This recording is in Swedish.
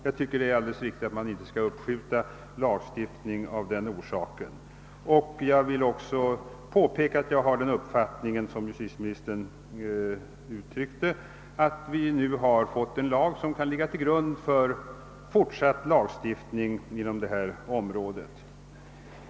Jag tycker att det är alldeles riktigt, att man inte skall uppskjuta lagstiftningen av en sådan orsak. Jag vill också påpeka att jag har samma uppfattning, som justitieministern gav uttryck för, nämligen att vi nu får en lag som kan ligga till grund för fortsatt lagstiftning inom detta område.